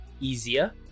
easier